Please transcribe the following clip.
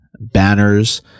banners